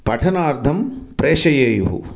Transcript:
पठनार्थं प्रेषयेयुः